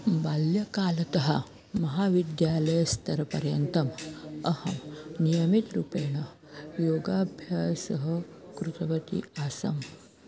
बाल्यकालतः महाविद्यालयस्तरपर्यन्तम् अहं नियमितरूपेण योगाभ्यासं कृतवती आसम्